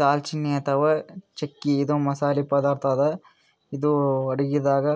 ದಾಲ್ಚಿನ್ನಿ ಅಥವಾ ಚಕ್ಕಿ ಇದು ಮಸಾಲಿ ಪದಾರ್ಥ್ ಅದಾ ಇದು ಅಡಗಿದಾಗ್